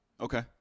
Okay